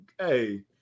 Hey